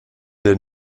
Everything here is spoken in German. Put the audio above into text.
der